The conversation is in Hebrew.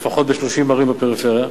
לפחות ב-30 ערים בפריפריה,